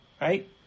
right